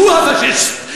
שהוא הפאשיסט,